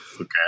Okay